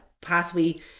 pathway